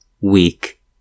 weak